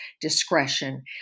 discretion